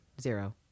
zero